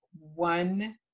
one